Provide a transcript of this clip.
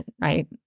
right